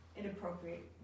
inappropriate